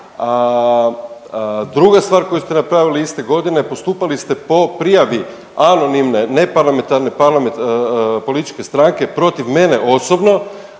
druga stvar koju ste napravili iste godine postupali ste po prijavi anonimne neparlamentarne političke stranke protiv mene osobno,